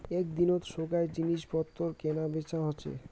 এক দিনত সোগায় জিনিস পত্তর কেনা বেচা হসে